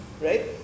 right